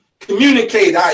communicate